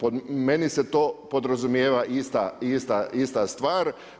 Po meni se to podrazumijeva ista stvar.